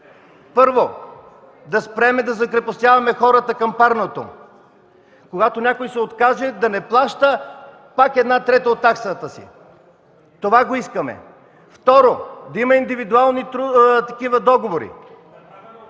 Първо, да спрем да закрепостяваме хората към парното. Когато някой се откаже, да не плаща пак една трета от таксата си – това го искаме. Второ, да има индивидуални договори